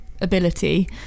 ability